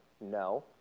No